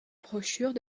brochures